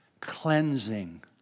cleansing